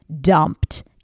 dumped